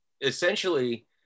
essentially